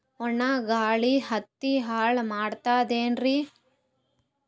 ಒಣಾ ಗಾಳಿ ಹತ್ತಿ ಹಾಳ ಮಾಡತದೇನ್ರಿ?